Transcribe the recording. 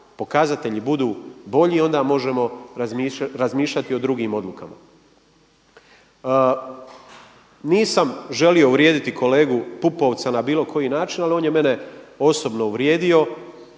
pokazatelji budu bolji onda možemo razmišljati o drugim odlukama. Nisam želio uvrijediti kolegu Pupovca na bilo koji način, ali on je mene osobno uvrijedio.